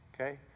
Okay